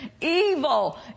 evil